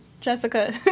Jessica